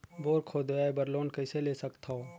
Bore खोदवाय बर loan कइसे ले सकथव?